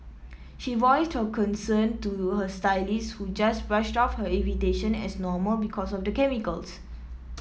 she voiced her concern to her stylist who just brushed off her irritation as normal because of the chemicals